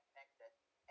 affect the